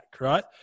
right